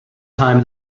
time